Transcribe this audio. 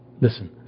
Listen